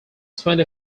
twenty